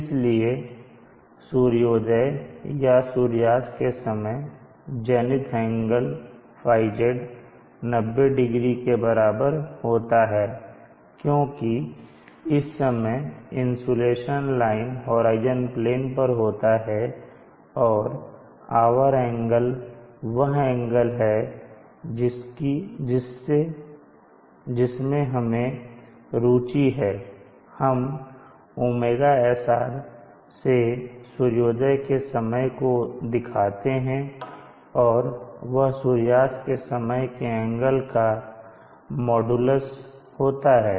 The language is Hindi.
इसलिए सूर्योदय या सूर्यास्त के समय जेनिथ एंगल θZ 900 के बराबर होता है क्योंकि इस समय इंसुलेशन लाइन होराइजन प्लेन पर होता है और आवर एंगल वह एंगल है जिसमें हमें रूचि है हम ωSR से सूर्योदय के समय को दिखाते हैं और वह सूर्यास्त के समय के एंगल का मॉडलस होता है